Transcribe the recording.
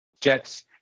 Jets